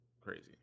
crazy